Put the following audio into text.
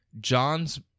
John's